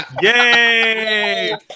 Yay